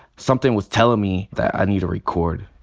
something was telling me that i need to record.